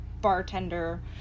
bartender